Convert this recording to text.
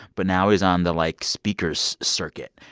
but now he's on the, like, speaker's circuit.